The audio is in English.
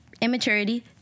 immaturity